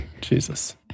Jesus